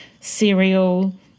cereal